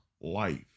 life